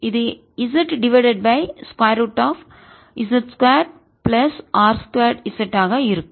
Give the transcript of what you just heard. இது z divided by square root of z 2 plus r 2 z ஆக இருக்கும்